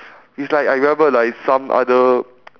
is like I remember like some other